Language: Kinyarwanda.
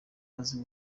azi